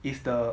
is the